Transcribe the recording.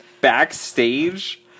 backstage